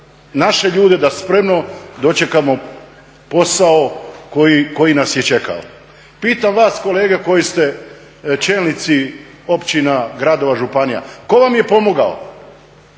naše ljude da spremno dočekamo posao koji nas je čekao. Pitam vas kolege koji ste čelnici općina, gradova, županija tko vam je pomogao?